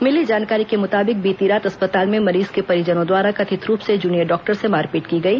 मिली जानकारी के मुताबिक बीती रात अस्पताल में मरीज के परिजनों द्वारा कथित रूप से जूनियर डॉक्टर से मारपीट की गई